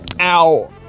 Ow